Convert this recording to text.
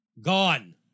Gone